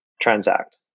transact